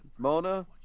Mona